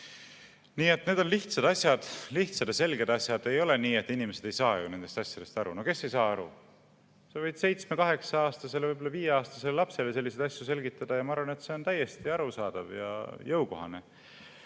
asjad, lihtsad ja selged asjad. Ei ole nii, et inimesed ei saa nendest asjadest aru. No kes ei saa aru? Sa võid 7–8‑aastasele, võib-olla 5‑aastasele lapsele selliseid asju selgitada. Ma arvan, et see on täiesti arusaadav ja on jõukohane